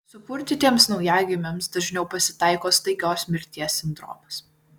supurtytiems naujagimiams dažniau pasitaiko staigios mirties sindromas